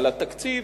על התקציב,